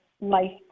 life